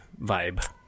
vibe